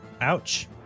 Ouch